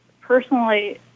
Personally